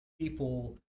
people